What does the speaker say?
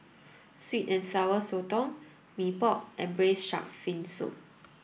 sweet and sour sotong Mee Pok and braise shark fin soup